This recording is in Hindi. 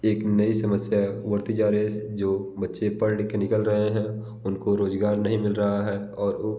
एक नई समस्या उभरती जा रही है जो बच्चे पढ़ लिख के निकल रहे हैं उनको रोज़गार नहीं मिल रहा है और वो